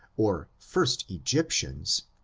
or first egyptians,